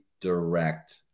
direct